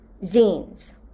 zines